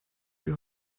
wir